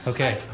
Okay